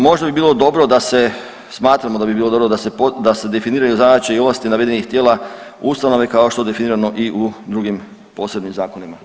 Možda bi bilo dobro da se, smatramo da bi bilo dobro da se definiraju zadaće i ovlasti navedenih tijela u ustanovi kao što je definirano i u drugim posebnim zakonima.